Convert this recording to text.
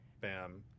bam